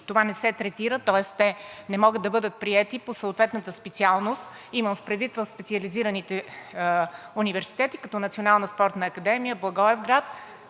това не се третира, тоест те не могат да бъдат приети по съответната специалност. Имам предвид в специализираните университети, като Националната спортна академия в Благоевград,